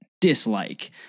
dislike